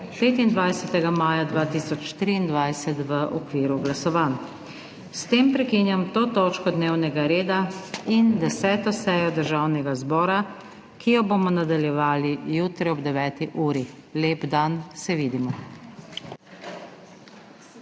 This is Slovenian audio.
25. maja 2023, v okviru glasovanj. S tem prekinjam to točko dnevnega reda in 10. sejo Državnega zbora, ki jo bomo nadaljevali jutri ob 9. uri. Lep dan, se vidimo.